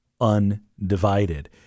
undivided